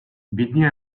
бидний